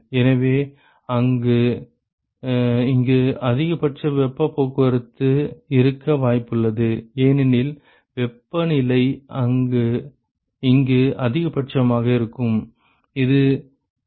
எனவே இங்கு அதிகபட்ச வெப்பப் போக்குவரத்து இருக்க வாய்ப்புள்ளது ஏனெனில் வெப்பநிலை இங்கு அதிகபட்சமாக இருக்கும்